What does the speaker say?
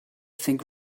think